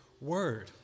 word